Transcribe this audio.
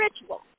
ritual